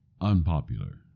unpopular